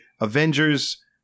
Avengers